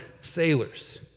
sailors